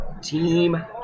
Team